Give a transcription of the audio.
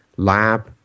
lab